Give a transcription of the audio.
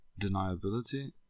Deniability